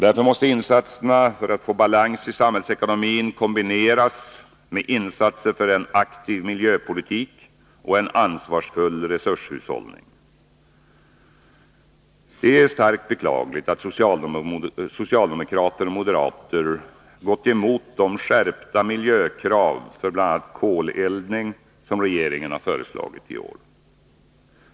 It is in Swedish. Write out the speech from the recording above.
Därför måste insatserna för balans i samhällsekonomin kombineras med insatser för en aktiv miljöpolitik och en ansvarsfull resurshushållning. Det är starkt beklagligt att socialdemokrater och moderater gått emot de skärpta miljökrav för bl.a. koleldning som regeringen har föreslagit i år.